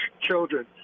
children